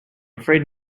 afraid